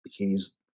bikini's